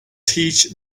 teach